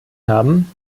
haben